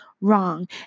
wrong